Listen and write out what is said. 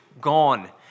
gone